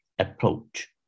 approach